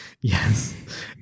yes